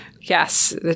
Yes